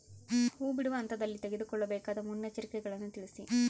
ಹೂ ಬಿಡುವ ಹಂತದಲ್ಲಿ ತೆಗೆದುಕೊಳ್ಳಬೇಕಾದ ಮುನ್ನೆಚ್ಚರಿಕೆಗಳನ್ನು ತಿಳಿಸಿ?